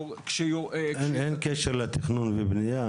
אין קשר לתכנון ובניה.